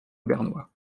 bernois